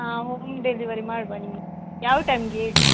ಹಾಂ home delivery ಮಾಡುವ ನಿಮ್ಮ ಯಾವ ಟೈಮ್ಗೆ ಹೇಳಿ